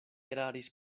eraris